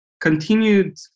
continued